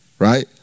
Right